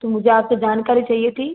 तो मुझे आप से जानकारी चाहिए थी